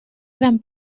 gran